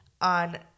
on